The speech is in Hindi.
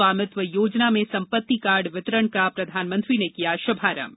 स्वामित्व योजना में सम्पत्ति कार्ड वितरण का प्रधानमंत्री ने किया शुभारंभ